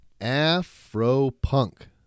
Afro-Punk